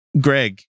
Greg